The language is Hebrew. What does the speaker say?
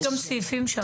יש גם סעיפים שם.